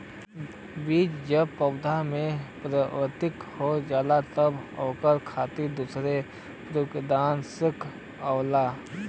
बीज जब पौधा में परिवर्तित हो जाला तब ओकरे खातिर दूसर फंफूदनाशक आवेला